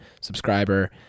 subscriber